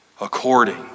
according